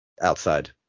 outside